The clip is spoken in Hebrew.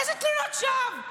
איזה תלונות שווא?